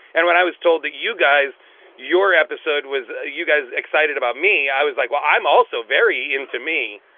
and when i was told that you guys your episode was you guys excited about me? i was like, well, i. also very into me.